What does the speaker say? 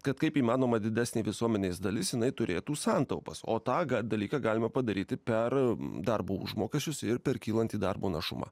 kad kaip įmanoma didesnė visuomenės dalis jinai turėtų santaupas o tą dalyką galima padaryti per darbo užmokesčius ir per kylantį darbo našumą